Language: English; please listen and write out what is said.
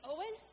Owen